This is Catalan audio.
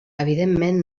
evidentment